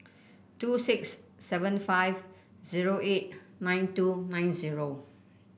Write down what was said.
two six seven five zero eight nine two nine zero